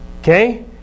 Okay